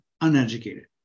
uneducated